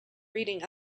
reading